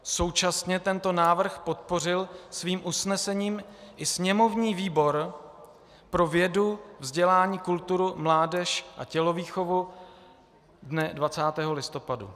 Současně tento návrh podpořil svým usnesením i sněmovní výbor pro vědu, vzdělání, kulturu, mládež a tělovýchovu dne 20. listopadu.